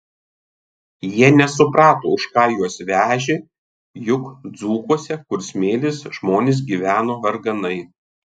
jie nesuprato už ką juos vežė juk dzūkuose kur smėlis žmonės gyveno varganai